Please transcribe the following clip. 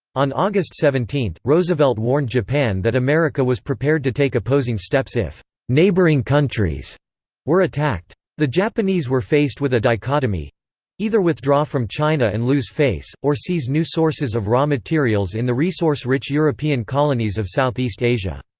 on august seventeen, roosevelt warned japan that america was prepared to take opposing steps if neighboring countries were attacked. the japanese were faced with a dichotomy either withdraw from china and lose face, or seize new sources of raw materials in the resource-rich european colonies of southeast asia.